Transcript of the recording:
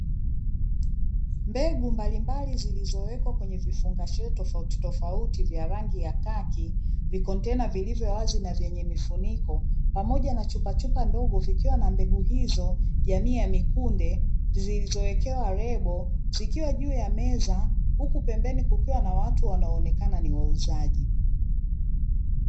Mbegu mbalimbali zilizowekwa kwenye vifungashio tofauti tofauti vya rangi ya khaki, vikontena vilivyo wazi na vyenye mifuniko pamoja na chupa chupa ndogo; vikiwa na mbegu hizo jamii ya mikunde zilizowekewa lebo, zikiwa juu ya meza; huku pembeni kukiwa na watu wanaonekana ni wauzaji.